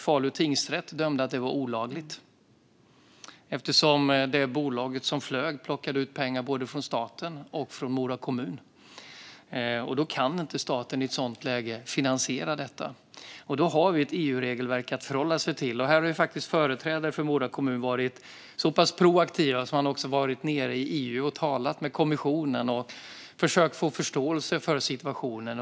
Falu tingsrätt dömde att det var olagligt eftersom det bolag som flög plockade ut pengar från både staten och Mora kommun. I ett sådant läge kan staten inte finansiera detta. Då har vi ett EU-regelverk att förhålla oss till. Här har faktiskt företrädare för Mora kommun varit så pass proaktiva att de har varit nere i EU och talat med kommissionen och försökt få förståelse för situationen.